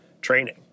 training